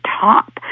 top